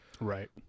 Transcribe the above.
Right